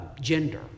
gender